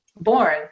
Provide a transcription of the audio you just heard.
born